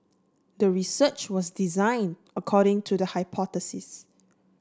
the research was design according to the hypothesis